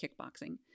kickboxing